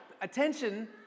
attention